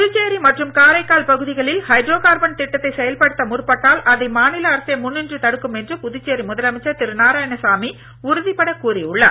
புதுச்சேரி மற்றும் காரைக்கால் பகுதிகளில் hydrocarbon திட்டத்தை செயல் படுத்த முற்பட்டால் அதை மாநில அரசே முன்னின்று தடுக்கும் என்று புதுச்சேரி முதலமைச்சர் திரு நாராயணசாமி உறுதிபடக் கூறியுள்ளார்